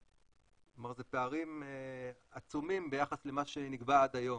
כלומר אלה פערים עצומים ביחס למה שנגבה עד היום.